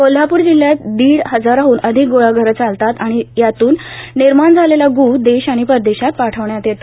कोल्हापूर जिल्ह्यात दीड हजाराहन अधिक ग्र् हाळघरं चालतात आणि यातून निर्माण झालेला ग्रळ देश आणि परदेशात पाठवण्यात येतो